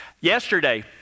Yesterday